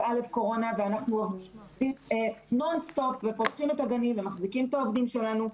ראשון ואנחנו עובדים בלי הפסקה ופותחים את הגנים ומחזיקים את העובדים שלנו.